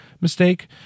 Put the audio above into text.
mistake